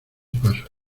pasos